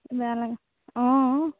বেয়া লাগে অঁ